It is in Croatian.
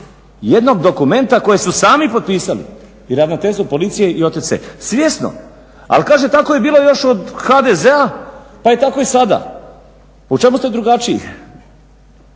jednog dokumenta koji su sami potpisali i Ravnateljstvo Policije i OTC, svjesno, ali kaže tako je bilo još od HDZ-a pa je tako i sada. U čemu ste drugačiji?